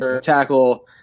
tackle